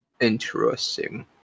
Interesting